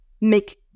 make